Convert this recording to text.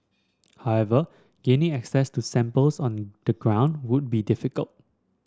however gaining access to samples on the ground would be difficult